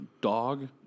dog